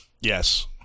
Yes